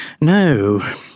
No